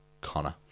Connor